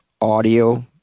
audio